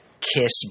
Kiss